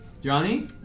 Johnny